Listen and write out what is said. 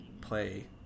play